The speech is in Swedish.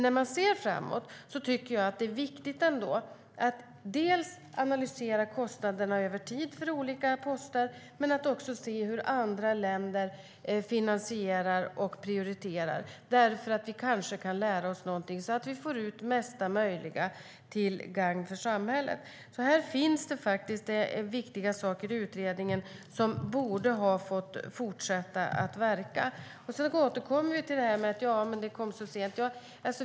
När man ser framåt är det ändå viktigt att analysera kostnaderna över tid för olika poster och också att se hur andra länder finansierar och prioriterar. Vi kanske kan lära oss någonting så att vi får ut mesta möjliga till gagn för samhället. Här finns det viktiga saker i utredningen som borde ha fått fortsätta att verka. Jag återkommer till detta med att det kom så sent.